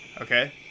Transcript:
Okay